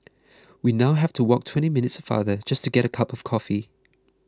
we now have to walk twenty minutes farther just to get a cup of coffee